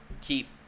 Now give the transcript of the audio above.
keep